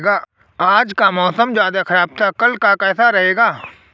आज का मौसम ज्यादा ख़राब था कल का कैसा रहेगा?